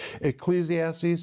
Ecclesiastes